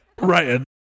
Right